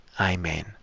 Amen